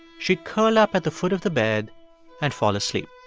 she'd curl up at the foot of the bed and fall asleep.